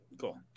cool